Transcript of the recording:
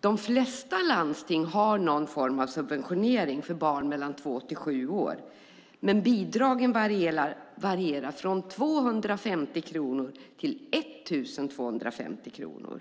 De flesta landsting har någon form av subventionering för barn mellan två och sju år, men bidragen varierar från 250 till 1 250 kronor.